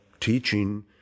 teaching